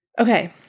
Okay